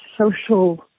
social